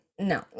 no